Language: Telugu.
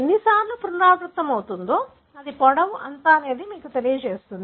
ఇది ఎన్నిసార్లు పునరావృతమవుతుందో అది పొడవు ఎంత అని మీకు తెలియజేస్తుంది